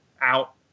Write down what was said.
out